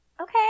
Okay